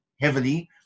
heavily